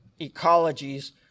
ecologies